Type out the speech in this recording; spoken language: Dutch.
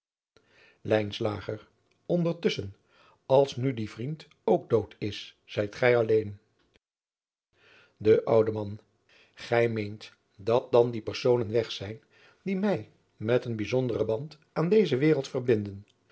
ondertusschen als nu die vriend ook dood is zijt gij alleen de oude man gij meent dat dan die personen weg zijn die mij met een bijzonderen band aan deze wereld verbinden